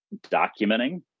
documenting